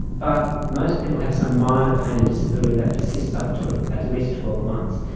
but most people have some minor pain and disability that persists up to at at least twelve months.